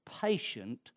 patient